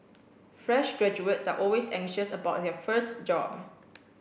fresh graduates are always anxious about their first job